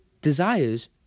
Desires